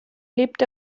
lebt